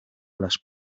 las